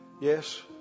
Yes